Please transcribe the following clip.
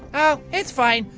oh it's fine.